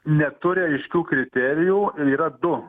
neturi aiškių kriterijų yra du